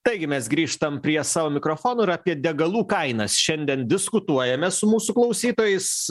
taigi mes grįžtam prie savo mikrofono ir apie degalų kainas šiandien diskutuojame su mūsų klausytojais